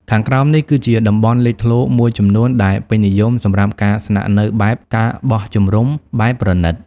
ខាងក្រោមនេះ គឺជាតំបន់លេចធ្លោមួយចំនួនដែលពេញនិយមសម្រាប់ការស្នាក់នៅបែប ការបោះជំរំបែបប្រណីត៖